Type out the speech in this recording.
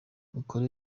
ukore